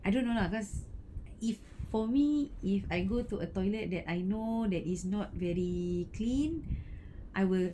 I don't know lah cause if for me if I go to a toilet that I know that is not very clean I will